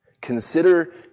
Consider